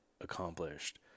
accomplished